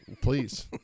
Please